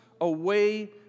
away